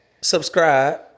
Subscribe